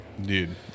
Dude